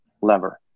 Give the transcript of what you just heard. lever